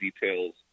details